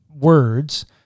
words